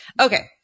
Okay